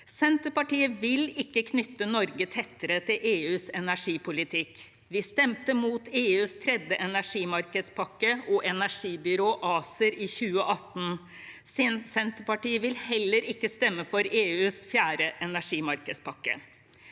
Senterpartiet vil ikke knytte Norge tettere til EUs energipolitikk. Vi stemte mot EUs tredje energimarkedspakke og EUs energibyrå, ACER, i 2018. Senterpartiet vil heller ikke stemme for EUs fjerde energimarkedspakke.